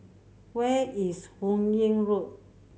where is Hun Yeang Road